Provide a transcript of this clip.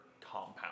compound